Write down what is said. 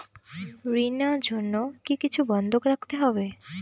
ঋণ নেওয়ার জন্য কি কিছু বন্ধক রাখতে হবে?